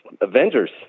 Avengers